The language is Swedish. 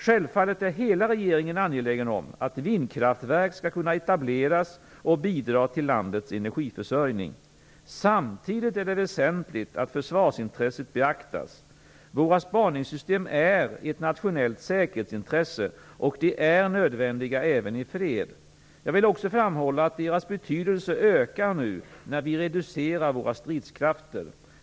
Självfallet är hela regeringen angelägen om att vindkraftverk skall kunna etableras och bidra till landets energiförsörjning. Samtidigt är det väsentligt att försvarsintresset beaktas. Våra spaningssystem är ett nationellt säkerhetsintresse, och de är nödvändiga även i fred. Jag vill också framhålla att deras betydelse ökar nu när vi reducerar våra stridskrafter.